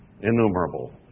Innumerable